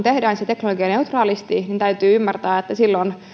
tehdään se teknologianeutraalisti niin täytyy ymmärtää että